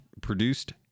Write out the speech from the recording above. produced